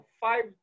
five